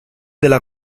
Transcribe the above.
della